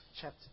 chapter